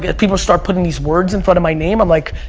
yeah people start putting these words in front of my name. i'm like,